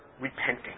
repenting